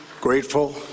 grateful